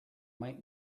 might